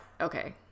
okay